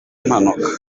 impanuka